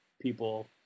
people